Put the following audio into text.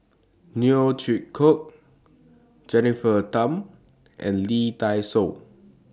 Neo Chwee Kok Jennifer Tham and Lee Dai Soh